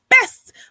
best